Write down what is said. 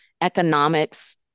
economics